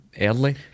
early